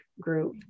group